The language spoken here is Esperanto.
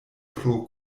pro